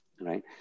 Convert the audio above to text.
right